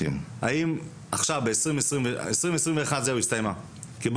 אף אחד לא מתייחס לזה פה כמסגרת תקציב